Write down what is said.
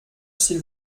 s’il